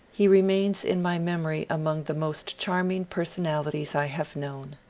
he remains in my memory among the most charming personalities i have known.